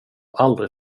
aldrig